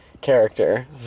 character